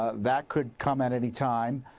that could come at any time.